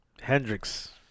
Hendrix